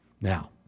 Now